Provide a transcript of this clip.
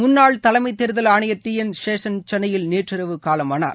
முன்னாள் தலைமைத் தேர்தல் ஆணையர் டி என் சேஷன் சென்னையில் நேற்றிரவு காலமானார்